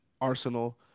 arsenal